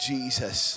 Jesus